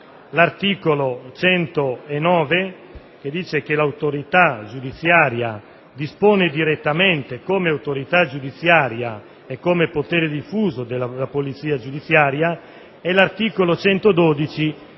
all'articolo 109 che dice che l'autorità giudiziaria dispone direttamente, come autorità giudiziaria e quindi come potere diffuso, della polizia giudiziaria. Ricordo